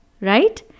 right